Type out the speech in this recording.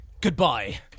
goodbye